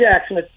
Jackson